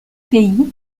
pays